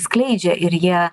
skleidžia ir jie